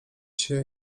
się